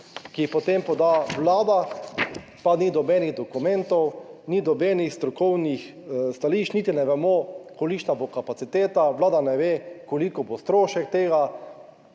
jih potem poda Vlada, pa ni nobenih dokumentov, ni nobenih strokovnih stališč, niti ne vemo, kolikšna bo kapaciteta. Vlada ne ve, koliko bo strošek tega.